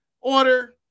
order